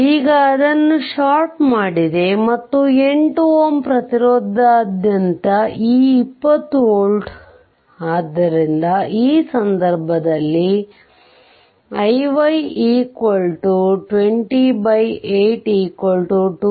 ಈಗ ಅದನ್ನು ಷಾರ್ಟ್ ಮಾಡಿದೆ ಮತ್ತು ಈ 8 Ω ಪ್ರತಿರೋಧದಾದ್ಯಂತ ಈ 20 ವೋಲ್ಟ್ ಆದ್ದರಿಂದ ಈ ಸಂದರ್ಭದಲ್ಲಿ iy 20 8 2